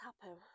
happen